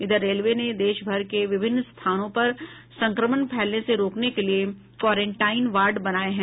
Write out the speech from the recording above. इधर रेलवे ने देश भर के विभिन्न स्थानों पर संक्रमण फैलने से रोकने के लिये क्वारेनटाइन वार्ड बनाये हैं